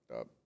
up